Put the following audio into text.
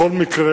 בכל מקרה,